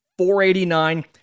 489